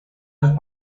sus